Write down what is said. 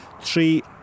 three